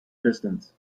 distance